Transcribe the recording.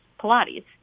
Pilates